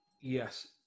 Yes